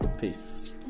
peace